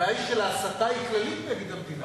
הבעיה היא של ההסתה הכללית נגד המדינה.